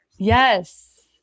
Yes